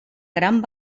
gran